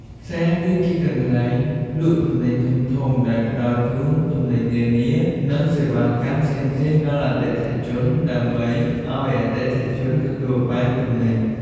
ផ្សារគឺជាកន្លែងលក់ទំនិញធំៗ ដែលផ្តល់ជូនទំនិញនានា និងសេវាកម្មផ្សេងៗដល់អតិថិជន ដើម្បីឲ្យអតិថិជនទទួលបានទំនិញ។